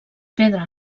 pedra